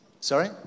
Sorry